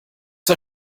war